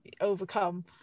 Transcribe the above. overcome